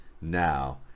now